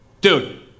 dude